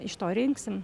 iš to rinksim